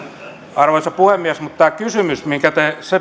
arvoisa puhemies mutta tämä kysymys minkä te